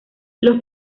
los